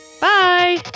Bye